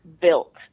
built